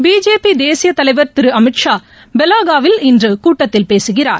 BJP தேசியத் தலைவா் திரு அமித் ஷா பெல்காவியில் இன்று கூட்டத்தில் பேசுகிறார்